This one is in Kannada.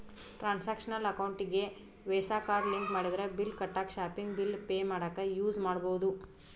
ಟ್ರಾನ್ಸಾಕ್ಷನಲ್ ಅಕೌಂಟಿಗಿ ವೇಸಾ ಕಾರ್ಡ್ ಲಿಂಕ್ ಮಾಡಿದ್ರ ಬಿಲ್ ಕಟ್ಟಾಕ ಶಾಪಿಂಗ್ ಬಿಲ್ ಪೆ ಮಾಡಾಕ ಯೂಸ್ ಮಾಡಬೋದು